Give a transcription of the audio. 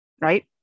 Right